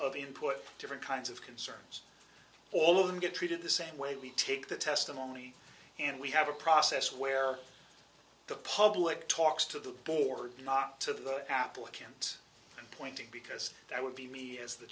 of input different kinds of concerns all of them get treated the same way we take the testimony and we have a process where the public talks to the board not to the applicant pointing because that would be me as the